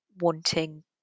wanting